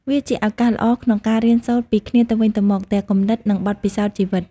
វាជាឱកាសល្អក្នុងការ រៀនសូត្រពីគ្នាទៅវិញទៅមក ទាំងគំនិត និងបទពិសោធន៍ជីវិត។